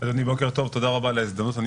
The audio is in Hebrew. בוקר טוב, תודה רבה על ההזדמנות.